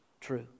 true